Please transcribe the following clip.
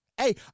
Hey